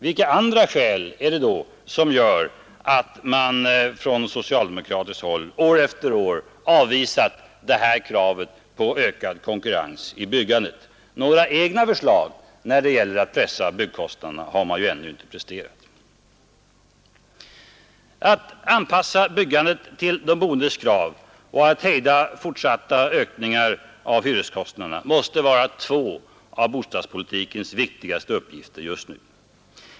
Vilka andra skäl är det då som gör att man från socialdemokratiskt håll år efter år avvisat det här kravet på ökad konkurrens i byggandet? Några egna förslag när det gäller att pressa byggkostnaderna har man ju ännu inte presterat. Att anpassa byggandet till de boendes krav och att hejda fortsatta ökningar av hyreskostnaderna måste vara två av bostadspolitikens viktigaste uppgifter just nu.